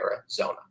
Arizona